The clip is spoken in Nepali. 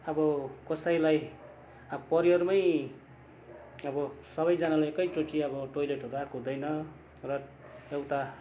अब कसैलाई अब परिवारमै अब सबैजनालाई एकै चोटि टोइलेटहरू आएको हुँदैन र एउटा